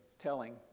telling